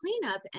cleanup